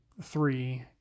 three